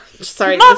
sorry